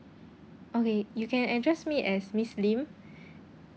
okay you can address me as miss lim